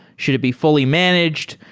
should it be fully managed?